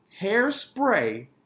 hairspray